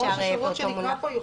כן.